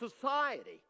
society